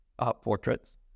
Portraits